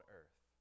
earth